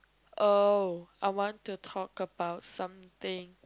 oh I want to talk about something